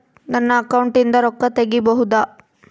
ನನ್ನ ಅಕೌಂಟಿಂದ ರೊಕ್ಕ ತಗಿಬಹುದಾ?